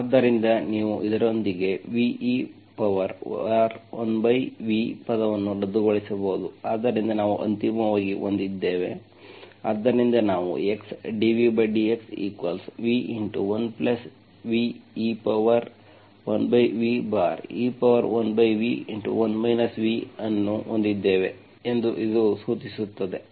ಆದ್ದರಿಂದ ನೀವು ಇದರೊಂದಿಗೆ ve1v ಪದವನ್ನು ರದ್ದುಗೊಳಿಸಬಹುದು ಆದ್ದರಿಂದ ನಾವು ಅಂತಿಮವಾಗಿ ಹೊಂದಿದ್ದೇವೆ ನಾವು ಹೊಂದಿದ್ದೇವೆ ಆದ್ದರಿಂದ ನಾವು x dvdxv1v e1ve1v1 v ಅನ್ನು ಹೊಂದಿದ್ದೇವೆ ಎಂದು ಇದು ಸೂಚಿಸುತ್ತದೆ